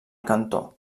cantó